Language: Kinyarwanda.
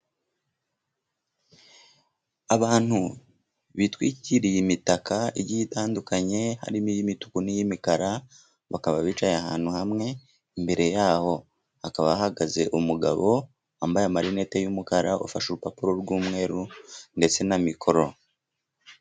Abantu bitwikiriye imitaka igiye itandukanye, harimo iy'imituku n'iy'imikara. Bakaba bicaye ahantu hamwe, imbere yaho hakaba hahagaze umugabo wambaye amarinete y'umukara ufashe urupapuro rw'umweru ndetse na mikoro.